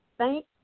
Thank